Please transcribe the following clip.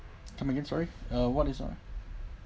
come again sorry uh what do you say ah